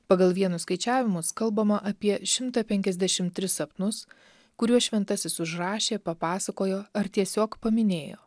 pagal vienus skaičiavimus kalbama apie šimtą penkiasdešim tris sapnus kuriuos šventasis užrašė papasakojo ar tiesiog paminėjo